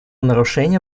нарушения